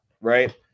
right